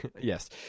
Yes